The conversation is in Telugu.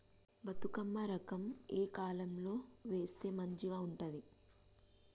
బతుకమ్మ రకం ఏ కాలం లో వేస్తే మంచిగా ఉంటది?